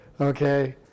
Okay